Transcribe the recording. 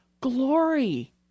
glory